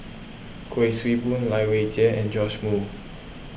Kuik Swee Boon Lai Weijie and Joash Moo